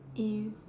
if